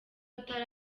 atari